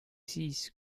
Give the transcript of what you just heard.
siis